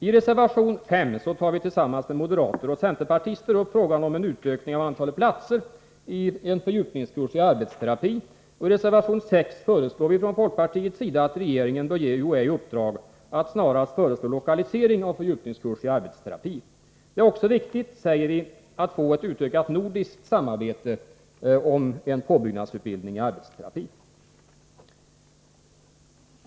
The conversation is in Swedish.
I reservation 5 tar vi tillsammans med moderater och centerpartister upp frågan om en utökning av antalet platser i fördjupningskursen i arbetsterapi, ochi reservation 6 menar vi från folkpartiets sida att regeringen bör ge UHÄ i uppdrag att snarast föreslå lokalisering av dessa platser. Det är också viktigt, säger vi, att få ett utökat nordiskt samarbete om en påbyggnadsutbildning i arbetsterapi.